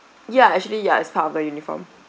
ya actually ya it's part of the uniform